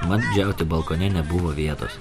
man džiauti balkone nebuvo vietos